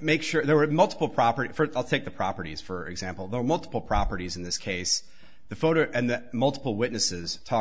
make sure there were multiple property for to take the properties for example the multiple properties in this case the photo and multiple witnesses talked